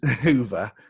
Hoover